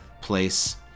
place